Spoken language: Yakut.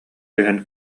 түһэн